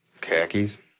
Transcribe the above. khakis